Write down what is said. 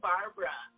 Barbara